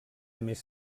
més